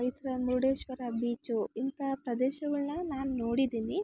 ಈ ಥರ ಮುರ್ಡೇಶ್ವರ ಬೀಚು ಇಂಥ ಪ್ರದೇಶಗಳ್ನ ನಾನು ನೋಡಿದ್ದೀನಿ